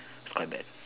it's quite bad